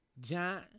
John